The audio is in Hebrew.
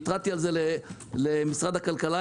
התרעתי על זה למשרד הכלכלה.